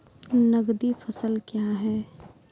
नगदी फसल क्या हैं?